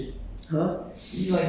ya is your own